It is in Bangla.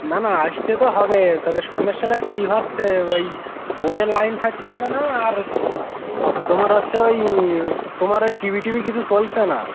না না আসতে তো হবে তবে সমস্যাটা কী হচ্ছে ওই বোর্ডে লাইন থাকতেছে না আর তোমার হচ্ছে ওই তোমার ওই টিভি ঠিভি কিছু চলছে না